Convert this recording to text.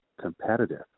competitive